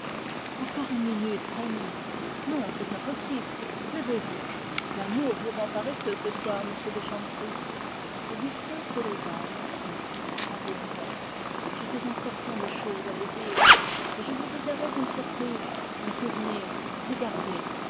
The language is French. encore une minute fanny non c'est impossible levez-vous l'amour vous rend paresseux ce soir monsieur de chanteprie j'avais encore tant de choses à vous dire et je vous réservais une surprise regardez